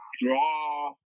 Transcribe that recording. draw